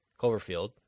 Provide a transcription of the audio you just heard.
Cloverfield